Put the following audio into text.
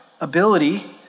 ability